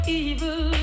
evil